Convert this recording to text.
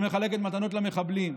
שמחלקת מתנות למחבלים.